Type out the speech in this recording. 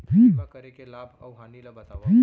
बीमा करे के लाभ अऊ हानि ला बतावव